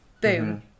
Boom